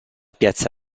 piazza